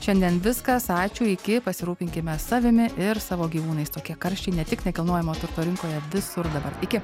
šiandien viskas ačiū iki pasirūpinkime savimi ir savo gyvūnais tokie karščiai ne tik nekilnojamojo turto rinkoje visur dabar iki